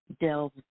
delve